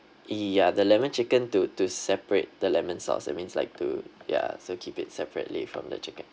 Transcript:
ya the lemon chicken to to separate the lemon sauce it means like to ya so keep it separately from the chicken